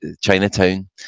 Chinatown